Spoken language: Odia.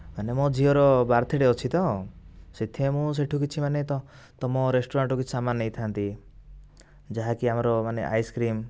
ମାନେ ମୋ ଝିଅର ବାର୍ଥଡ଼େ' ଅଛି ତ ସେଥିପାଇଁ ମୁଁ ସେଇଠାରୁ କିଛି ମାନେ ତୁମ ରେଷ୍ଟୁରାଣ୍ଟରୁ କିଛି ସାମାନ ନେଇଥାଆନ୍ତି ଯାହାକି ଆମର ମାନେ ଆଇସ୍କ୍ରୀମ୍